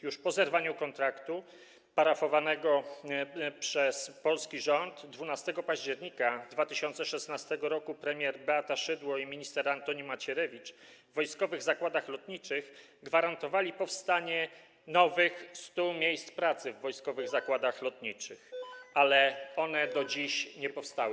Już po zerwaniu kontraktu parafowanego przez polski rząd 12 października 2016 r. premier Beata Szydło i minister Antoni Macierewicz w Wojskowych Zakładach Lotniczych gwarantowali powstanie 100 nowych miejsc pracy w Wojskowych Zakładach Lotniczych, ale one do dziś nie powstały.